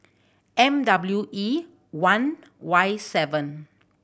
M W E one Y seven